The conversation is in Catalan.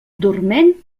dorment